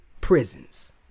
prisons